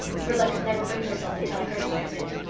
rilla could never bring herself to tell her side of it.